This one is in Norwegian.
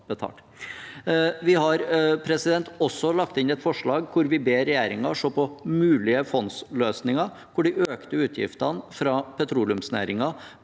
Vi har også fremmet et forslag hvor vi ber regjeringen se på mulige fondsløsninger, hvor de økte utgiftene fra petroleumsnæringen